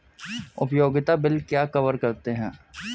उपयोगिता बिल क्या कवर करते हैं?